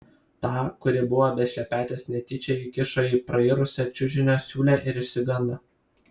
tą kuri buvo be šlepetės netyčia įkišo į prairusią čiužinio siūlę ir išsigando